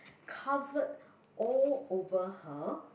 covered all over her